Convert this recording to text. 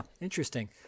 Interesting